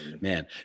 man